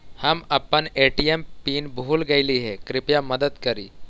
हम अपन ATM PIN भूल गईली हे, कृपया मदद करी